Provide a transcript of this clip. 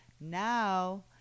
now